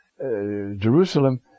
Jerusalem